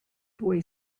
boy